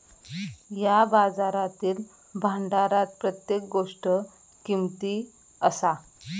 या बाजारातील भांडारात प्रत्येक गोष्ट किमती असा